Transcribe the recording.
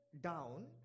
down